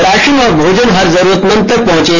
ration और भोजन हर जरूरतमंद तक पहुँचे